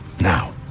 Now